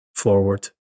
forward